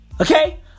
Okay